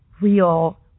real